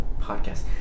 podcast